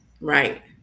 right